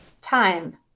Time